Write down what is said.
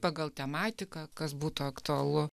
pagal tematiką kas būtų aktualu